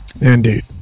Indeed